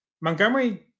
Montgomery